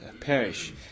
perish